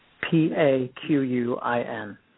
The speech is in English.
P-A-Q-U-I-N